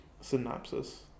synopsis